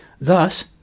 Thus